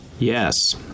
Yes